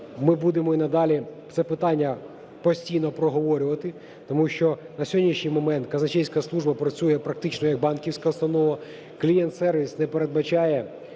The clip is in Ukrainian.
ми будемо і надалі це питання постійно проговорювати. Тому що на сьогоднішній момент казначейська служба працює практично як банківська установа, клієнт-сервіс не передбачає